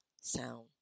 sound